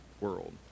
world